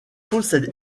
possède